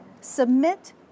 submit